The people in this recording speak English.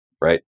right